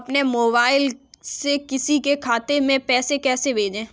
अपने मोबाइल से किसी के खाते में पैसे कैसे भेजें?